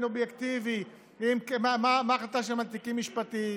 אובייקטיבי מה ההחלטה שלהם בתיקים משפטיים.